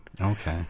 Okay